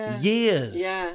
years